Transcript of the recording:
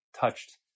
touched